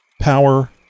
power